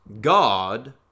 God